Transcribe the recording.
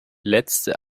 letzte